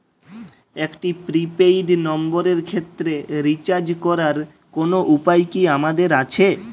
একটি prepaid নম্বরের ক্ষেত্রে রিচার্জ করার কোনো উপায় কি আমাদের আছে?